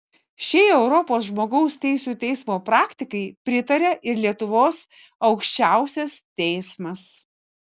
šiai europos žmogaus teisių teismo praktikai pritaria ir lietuvos aukščiausias teismas